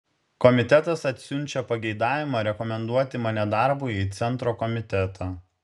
komitetas atsiunčia pageidavimą rekomenduoti mane darbui į centro komitetą